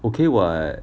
okay [what]